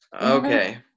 Okay